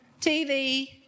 TV